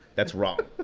that's wrong.